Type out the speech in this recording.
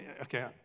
okay